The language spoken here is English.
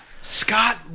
Scott